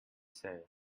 say